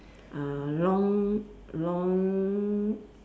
uh long long